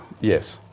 Yes